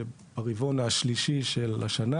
שבסופו של הרבעון השלישי של השנה